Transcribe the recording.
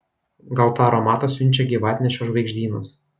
gal tą aromatą siunčia gyvatnešio žvaigždynas